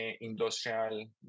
industrial